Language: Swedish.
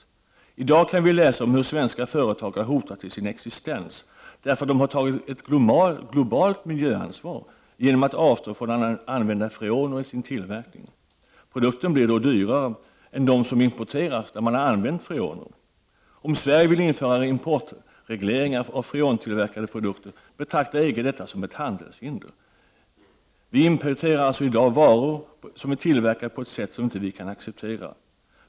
Vi kan i dag läsa om hur svenska företagare hotas till sin existens därför att de har tagit ett globalt miljöansvar genom att avstå från att använda freoner i sin tillverkning. Produkten blir då dyrare än de som importeras från länder som använder freoner. Om Sverige vill införa importregleringar mot freontillverkade produkter betraktar EG detta som ett handelshinder. Vi importerar i dag varor tillverkade på sätt som vi inte kan acceptera.